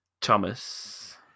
Thomas